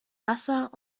wasser